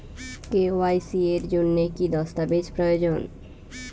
KYC এর জন্যে কি কি দস্তাবেজ প্রয়োজন?